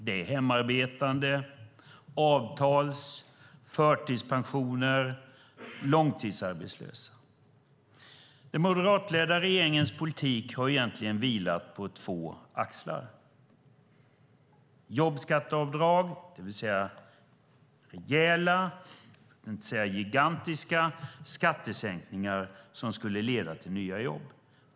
Det är hemarbetande, avtals och förtidspensioner och långtidsarbetslösa. Den moderatledda regeringens politik har vilat på två axlar. Den ena består av jobbskatteavdrag, det vill säga rejäla, för att inte säga gigantiska, skattesänkningar som skulle leda till nya jobb.